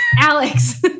Alex